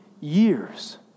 years